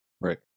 Right